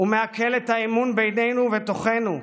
הוא מאכל את האמון בינינו ובתוכנו,